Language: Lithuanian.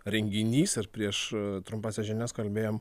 renginys ir prieš trumpąsias žinias kalbėjom